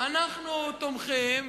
אנחנו תומכים.